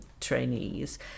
trainees